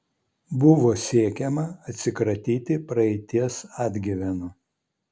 buvo siekiama atsikratyti praeities atgyvenų